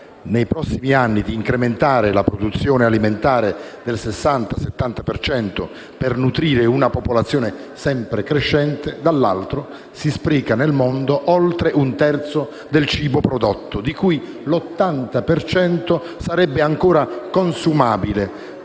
nei prossimi anni la produzione alimentate del 60-70 per cento, per nutrire una popolazione sempre crescente, dall'altro si spreca nel mondo oltre un terzo del cibo prodotto, di cui l'80 per cento sarebbe ancora consumabile,